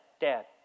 dad